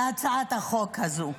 להצעת החוק הזאת.